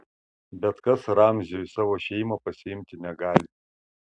bet kas ramzio į savo šeimą pasiimti negali